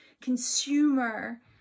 consumer